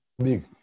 big